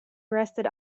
rested